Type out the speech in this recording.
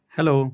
Hello